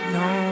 no